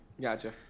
Gotcha